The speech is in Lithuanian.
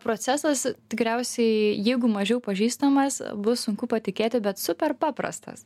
procesas tikriausiai jeigu mažiau pažįstamas bus sunku patikėti bet super paprastas